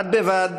בד בבד,